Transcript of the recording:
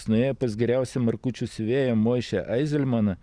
jis nuėjo pas geriausią markučių siuvėją moišę aizelmaną